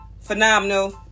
phenomenal